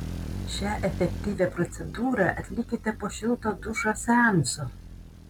šią efektyvią procedūrą atlikite po šilto dušo seanso